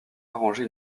arranger